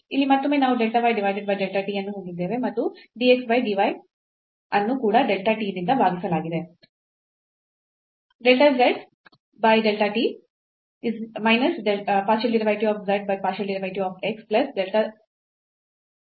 ಇಲ್ಲಿ ಮತ್ತೊಮ್ಮೆ ನಾವು delta y divided by delta t ಅನ್ನು ಹೊಂದಿದ್ದೇವೆ ಮತ್ತು dx ಮತ್ತು dy ಅನ್ನು ಕೂಡ delta t ಯಿಂದ ಭಾಗಿಸಲಾಗುತ್ತದೆ